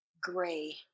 gray